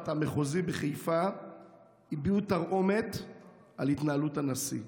המחוזי בחיפה הביעו תרעומת על התנהלות הנשיא.